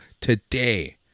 today